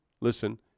listen